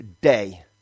day